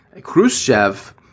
Khrushchev